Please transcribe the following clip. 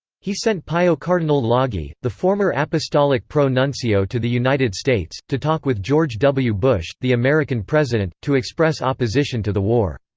he sent pio cardinal laghi, the former apostolic pro-nuncio to the united states, to talk with george w. bush, the american president, to express opposition to the war.